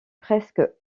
presque